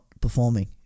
performing